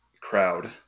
crowd